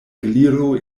gliro